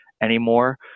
anymore